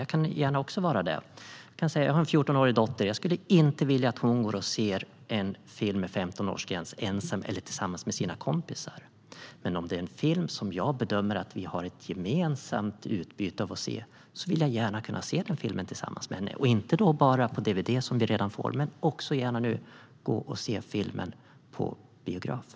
Jag kan också vara det. Jag har en fjortonårig dotter. Jag skulle inte vilja att hon går och ser en film med femtonårsgräns ensam eller tillsammans med sina kompisar. Men om det är en film som jag bedömer att vi har ett gemensamt utbyte av vill jag gärna kunna se den tillsammans med henne, och då inte bara på dvd, där vi ju redan får se den, utan också på biograf.